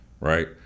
Right